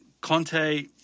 Conte